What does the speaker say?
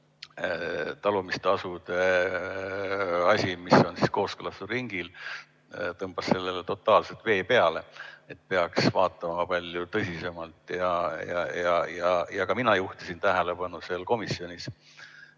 talumistasude asi, mis on kooskõlastusringil –, et tõmbas sellele totaalselt vee peale. Seda peaks vaatama palju tõsisemalt. Ka mina juhtisin tähelepanu seal komisjonis